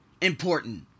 important